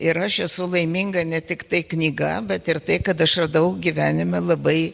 ir aš esu laiminga ne tiktai knyga bet ir tai kad aš radau gyvenime labai